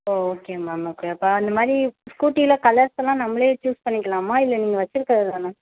ஓ okay ma'am okay அப்போ அந்த மாதிரி ஸ்கூட்டியில கலர்ஸ் எல்லாம் நம்மளே சூஸ் பண்ணிக்கலாமா இல்லை நீங்கள் வச்சிருக்கறது தானா